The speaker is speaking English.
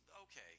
Okay